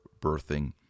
birthing